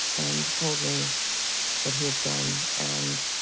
and told me what he had done, and.